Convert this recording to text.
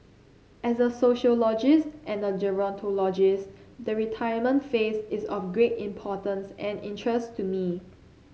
as a sociologist and a gerontologist the retirement phase is of great importance and interest to me